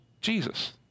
Jesus